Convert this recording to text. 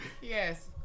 Yes